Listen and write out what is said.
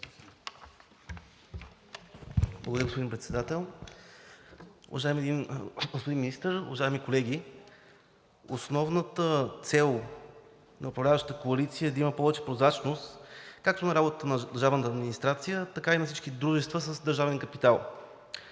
България): Господин Председател, уважаеми господин Министър, уважаеми колеги! Основната цел на управляващата коалиция е да има повече прозрачност както на работата на държавната администрация, така и на всички дружества с държавен капитал.